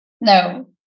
No